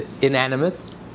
inanimate